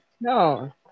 No